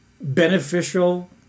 beneficial